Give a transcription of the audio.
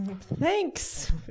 Thanks